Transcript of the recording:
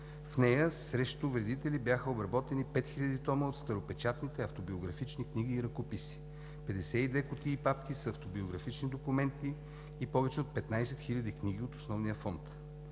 В нея срещу вредители бяха обработени 5000 тома от старопечатните автобиографични книги и ръкописи, 52 кутии и папки с автобиографични документи и повече от 15 000 книги от основния фонд.